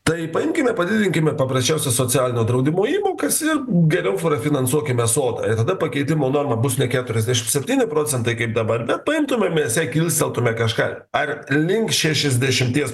tai paimkime padidinkime paprasčiausia socialinio draudimo įmokas ir geriau finansuokime sodą ir tada pakeitimo norma bus ne keturiasdešim septyni procentai kaip dabar bet paimtume mes jai kilsteltume kažką ar link šešiasdešimties